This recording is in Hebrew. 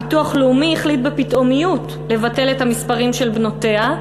ביטוח לאומי החליט בפתאומיות לבטל את המספרים של בנותיה.